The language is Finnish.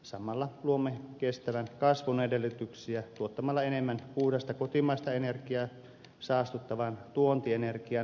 samalla luomme kestävän kasvun edellytyksiä tuottamalla enemmän puhdasta kotimaista energiaa saastuttavan tuontienergian sijaan